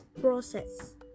process